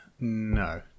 No